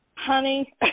Honey